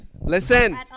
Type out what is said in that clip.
Listen